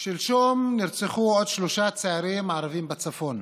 שלשום נרצחו עוד שלושה צעירים ערבים בצפון.